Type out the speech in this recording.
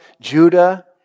judah